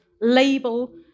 label